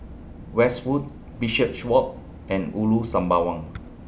Westwood Bishopswalk and Ulu Sembawang